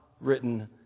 written